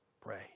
pray